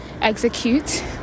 execute